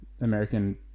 American